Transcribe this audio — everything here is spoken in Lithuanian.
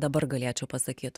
dabar galėčiau pasakyt